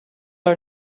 are